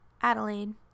Adelaide